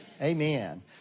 Amen